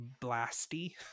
blasty